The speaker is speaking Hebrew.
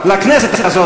לכנסת הזאת,